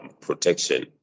protection